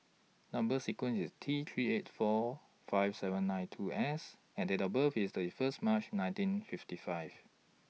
Number sequence IS T three eight four five seven nine two S and Date of birth IS thirty First March nineteen fifty five